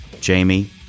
Jamie